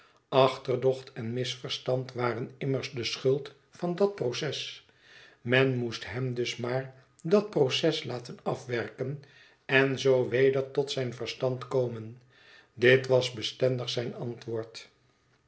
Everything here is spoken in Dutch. achterdocht en misverstand waren immers de schuld van dat proces men moest hem dus maar dat proces laten afwerken en zoo weder tot zijn verstand komen bit was bestendig zijn antwoord